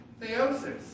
theosis